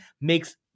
makes